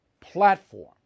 platform